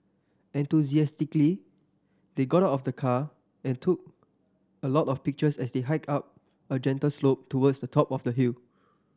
enthusiastically they got out of the car and took a lot of pictures as they hiked up a gentle slope towards the top of the hill